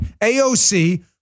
AOC